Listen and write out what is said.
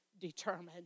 determined